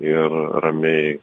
ir ramiai